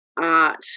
art